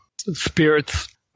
spirits